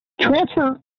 Transfer